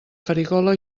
farigola